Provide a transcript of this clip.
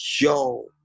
Yo